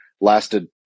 lasted